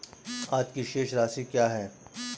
आज की शेष राशि क्या है?